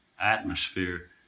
atmosphere